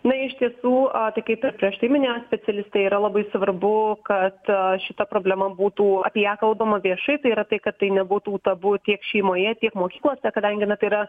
na iš tiesų tai kaip ir prieš tai minėjo specialistai yra labai svarbu kad šita problema būtų apie ją kalbama viešai tai yra tai kad tai nebūtų tabu tiek šeimoje tiek mokyklose kadangi yra